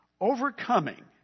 Overcoming